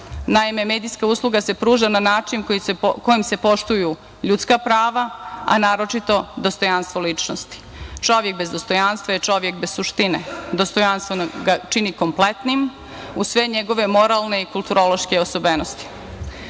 medijska usluga se pruža na način kojim se poštuju ljudska prava, a naročito dostojanstvo ličnosti. Čovek bez dostojanstva je čovek bez suštine. Dostojanstvo ga čini kompletnim, uz sve njegove moralne i kulturološke osobenosti.